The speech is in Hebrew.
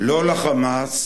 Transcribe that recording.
לא ל"חמאס",